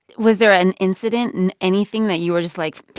was there an incident in anything that you were just like,